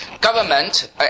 government